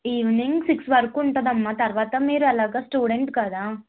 evening six వరకు ఉంటుంది అమ్మ తర్వాత మీరు ఎలాగా స్టూడెంట్ కదా